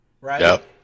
Right